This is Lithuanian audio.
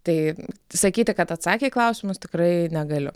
tai sakyti kad atsakė į klausimus tikrai negaliu